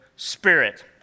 Spirit